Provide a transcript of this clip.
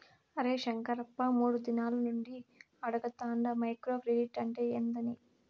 అరే శంకరప్ప, మూడు దినాల నుండి అడగతాండ మైక్రో క్రెడిట్ అంటే ఏందని